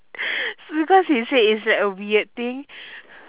because he said it's like a weird thing